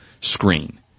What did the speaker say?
screen